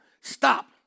Stop